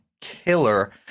killer